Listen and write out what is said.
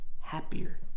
happier